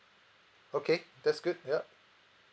okay that's good ya